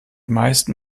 meisten